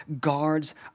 guards